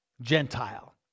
Gentile